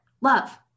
Love